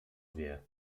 wie